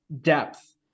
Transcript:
depth